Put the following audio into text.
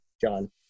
John